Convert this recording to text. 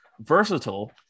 versatile